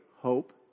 hope